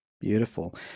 beautiful